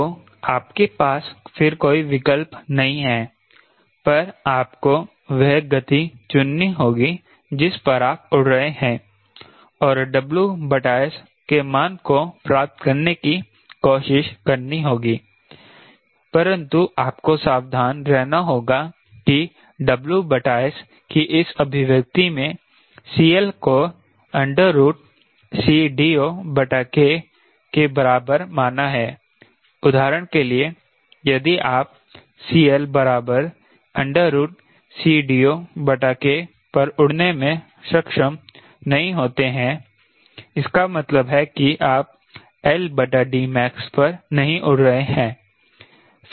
तो आपके पास फिर कोई विकल्प नहीं है पर आपको वह गति चुननी होगी जिस पर आप उड़ रहे हैं और WS के मान को प्राप्त करने की कोशिश करनी होगी परंतु आपको सावधान रहना होगा कि WS की इस अभिव्यक्ति में CL को CDOK के बराबर माना है उदाहरण के लिए यदि आप CL बराबर CDOK पर उड़ने में सक्षम नहीं होते हैं इसका मतलब है कि आप max पर नहीं उड़ रहे हैं